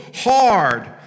hard